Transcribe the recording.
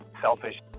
selfish